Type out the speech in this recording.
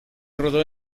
rodó